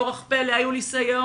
באורח פלא היו סייעות,